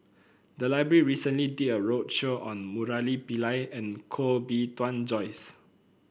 the library recently did a roadshow on Murali Pillai and Koh Bee Tuan Joyce